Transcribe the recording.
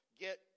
get